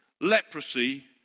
leprosy